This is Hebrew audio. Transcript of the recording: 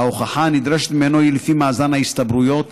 וההוכחה הנדרשת ממנו היא לפי מאזן ההסתברויות,